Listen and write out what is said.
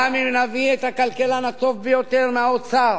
גם אם נביא את הכלכלן הטוב ביותר מהאוצר